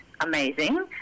amazing